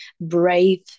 brave